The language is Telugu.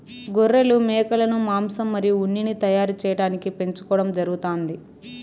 గొర్రెలు, మేకలను మాంసం మరియు ఉన్నిని తయారు చేయటానికి పెంచుకోవడం జరుగుతాంది